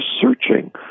searching